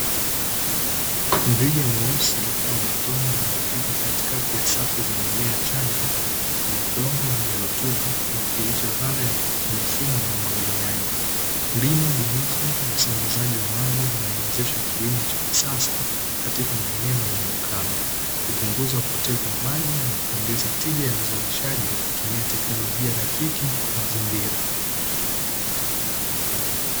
Mrija mweusi wa matone unaopita katikati ya safu za mimea changa kwenye udongo wenye rutuba kuwakilisha dhana ya mifumo wa umwagiliaji, mbinu bunifu ya usambazaji wa maji inayowezesha kilimo cha kisasa katika maeneo yenye ukame, kupunguza upotevu wa maji na kuongeza tija ya uzalishaji kwa kutumia teknolojia rafiki kwa mazingira.